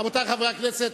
רבותי חברי הכנסת,